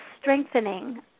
strengthening